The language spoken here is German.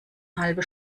halbe